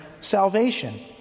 salvation